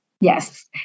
Yes